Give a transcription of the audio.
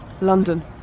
London